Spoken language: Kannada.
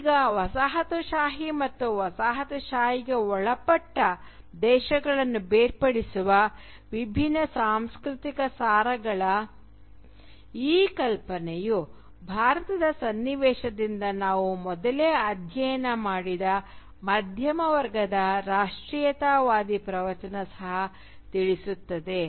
ಈಗ ವಸಾಹತುಶಾಹಿ ಮತ್ತು ವಸಾಹತುಶಾಹಿಗೆ ಒಳಪಟ್ಟ ದೇಶಗಳನ್ನು ಬೇರ್ಪಡಿಸುವ ವಿಭಿನ್ನ ಸಾಂಸ್ಕೃತಿಕ ಸಾರಗಳ ಈ ಕಲ್ಪನೆಯು ಭಾರತದ ಸನ್ನಿವೇಶದಿಂದ ನಾವು ಮೊದಲೇ ಅಧ್ಯಯನ ಮಾಡಿದ ಮಧ್ಯಮ ವರ್ಗದ ರಾಷ್ಟ್ರೀಯತಾವಾದಿ ಪ್ರವಚನ ಸಹ ತಿಳಿಸುತ್ತದೆ